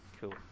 cool